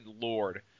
Lord